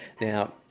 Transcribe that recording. Now